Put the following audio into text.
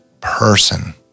person